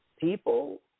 people